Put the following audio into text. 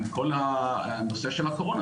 עם כל הנושא של הקורונה,